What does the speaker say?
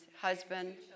husband